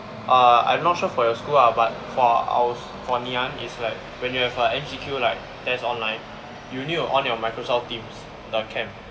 uh I'm not sure for your school lah but for our for Ngee-Ann is like when you have a M_C_Q like test online you need to on your Microsoft teams the cam